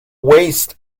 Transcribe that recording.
waste